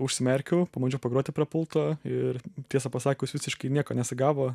užsimerkiau pabandžiau pagroti prie pulto ir tiesą pasakius visiškai nieko nesigavo